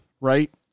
Right